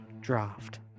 draft